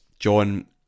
John